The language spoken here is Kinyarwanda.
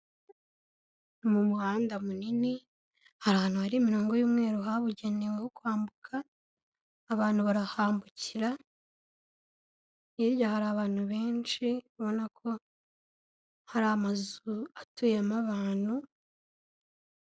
Mu muhanda munini hari ahantu hari mirongo y'umweru habugenewe ho kwambuka, abantu barahambukira, hirya hari abantu benshi ubona ko hari amazu atuyemo abantu...